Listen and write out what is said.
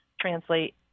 translate